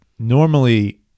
Normally